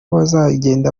bazagenda